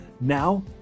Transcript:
Now